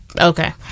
okay